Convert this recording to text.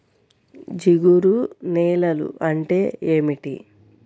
జిగురు నేలలు అంటే ఏమిటీ?